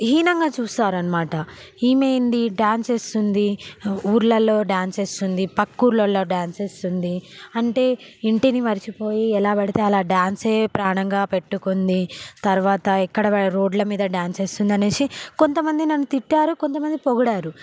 హీనంగా చూస్తారు అనమాట ఈమె ఏంది డాన్స్ వేస్తుంది ఊర్లలో డాన్స్ వేస్తుంది పక్క ఊర్లలో డాన్స్ వేస్తుంది అంటే ఇంటిని మర్చిపోయి ఎలా పడితే అలా డాన్సే ప్రాణంగా పెట్టుకుంది తర్వాత ఎక్కడ రోడ్లమీద డాన్స్ వేస్తుంది అనేసి కొంతమంది నన్ను తిట్టారు కొంతమంది పొగిడారు